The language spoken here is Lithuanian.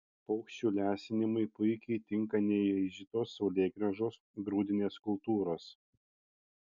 paukščių lesinimui puikiai tinka neaižytos saulėgrąžos grūdinės kultūros